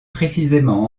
précisément